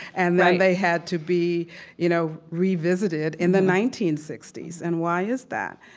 and then they had to be you know revisited in the nineteen sixty s. and why is that?